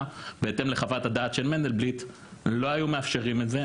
בהתאם לחוות הדעת של מנדלבליט לא היו מאפשרים את זה,